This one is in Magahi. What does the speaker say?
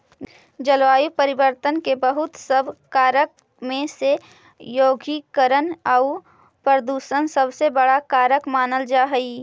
जलवायु परिवर्तन के बहुत सब कारक में से औद्योगिकीकरण आउ प्रदूषण सबसे बड़ा कारक मानल जा हई